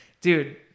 dude